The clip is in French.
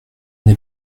n’ai